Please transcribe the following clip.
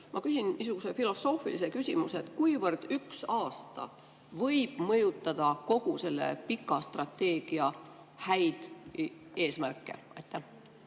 Ma küsin niisuguse filosoofilise küsimuse: kuivõrd üks aasta võib mõjutada kogu selle pika[ajalise] strateegia häid eesmärke?